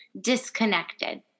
disconnected